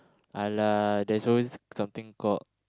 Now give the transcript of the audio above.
!alah! there's always something called